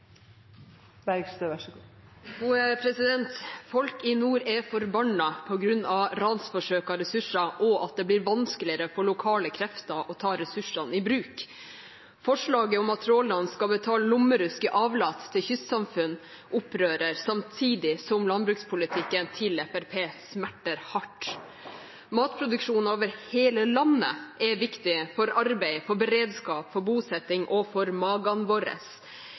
Folk i nord er forbannet på grunn av ransforsøk av ressurser og at det blir vanskeligere for lokale krefter å ta ressursene i bruk. Forslaget om at trålerne skal betale lommerusk i avlat til kystsamfunn, opprører, samtidig som landbrukspolitikken til Fremskrittspartiet smerter hardt. Matproduksjon over hele landet er viktig – for arbeid, for beredskap, for bosetting og for magene våre.